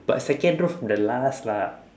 but second row the last lah